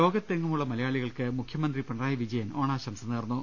ലോകത്തെങ്ങുമുള്ള മലയാളികൾക്ക് മുഖ്യമന്ത്രി പിണറായി വിജ യൻ ഓണാശംസ നേർന്നു